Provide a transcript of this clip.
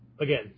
again